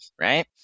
Right